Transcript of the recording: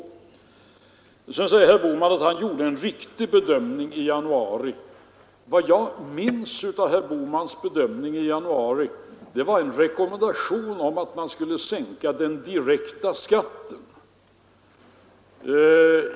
Herr Bohman framhåller att han gjorde en riktig bedömning i januari. Vad jag minns av herr Bohmans bedömning i januari är en rekommendation om att man skulle sänka den direkta skatten.